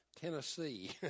Tennessee